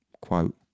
quote